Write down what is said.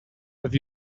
have